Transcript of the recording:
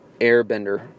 airbender